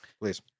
Please